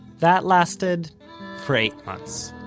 that lasted for eight months.